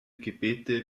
gebete